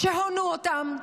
שהונו אותם?